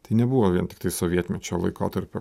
tai nebuvo vien tiktai sovietmečio laikotarpio